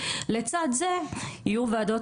אין עדיפות